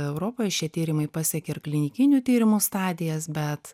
europoj šie tyrimai pasekė ir klinikinių tyrimų stadijas bet